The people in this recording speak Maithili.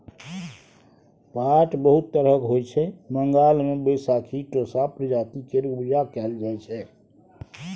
पाट बहुत तरहक होइ छै बंगाल मे बैशाखी टोसा प्रजाति केर उपजा कएल जाइ छै